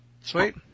Sweet